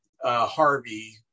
Harvey